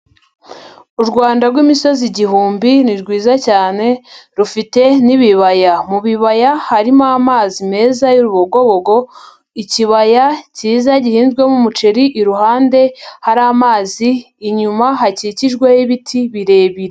U Rwanda rw'imisozi igihumbi ni rwiza cyane rufite n'ibibaya. Mu bibaya harimo amazi meza y'urubogobogo, ikibaya cyiza gihinzwemo umuceri, iruhande hari amazi inyuma hakikijwe n'ibiti birebire.